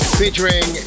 featuring